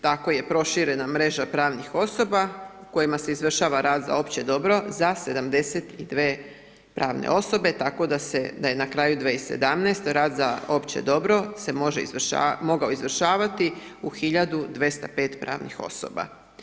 Tako je proširena mreža pravnih osoba u kojima se izvršava rad za opće dobro za 72 pravne osobe, tako da se, da je na kraju 2017. rad za opće dobro se može izvršavati, mogao izvršavati u 1.205 pravnih osoba.